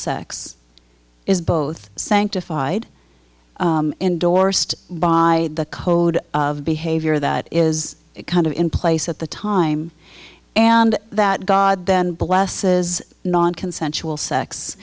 sex is both sanctified endorsed by the code of behavior that is kind of in place at the time and that god then blesses nonconsensual sex